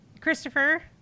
Christopher